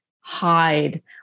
hide